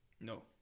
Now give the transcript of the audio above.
No